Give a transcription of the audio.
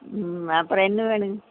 ம் அப்புறோம் என்ன வேணுங்க